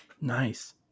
nice